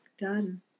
done